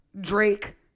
drake